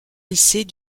lycée